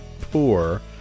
poor